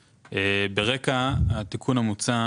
אבל עדיין אמורה להיות רגולציה